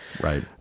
right